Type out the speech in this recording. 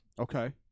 Okay